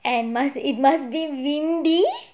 and must it must be windy